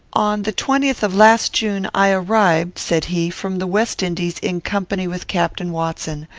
on the twentieth of last june, i arrived said he, from the west indies, in company with captain watson.